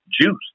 juice